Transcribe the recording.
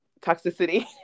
Toxicity